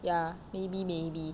ya maybe maybe